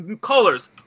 colors